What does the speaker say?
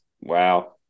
Wow